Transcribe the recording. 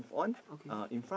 okay